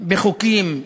בחוקים טלטולים,